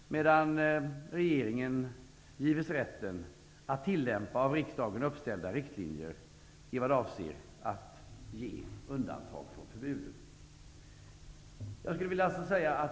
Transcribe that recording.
Regeringen ges dock rätten att tillämpa av riksdagen uppställda riktlinjer i vad avser att ge undantag från förbudet.